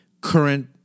current